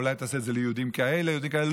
אולי תעשה את זה ליהודים כאלה, ליהודים כאלה.